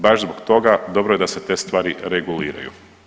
Baš zbog toga dobro je da se te stvari reguliraju.